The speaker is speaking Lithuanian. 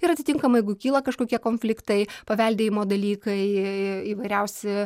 ir atitinkamai jeigu kyla kažkokie konfliktai paveldėjimo dalykai įvairiausi